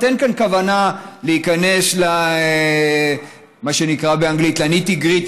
אין כאן כוונה להיכנס למה שנקרא באנגלית nitty-gritty